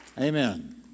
Amen